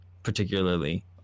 particularly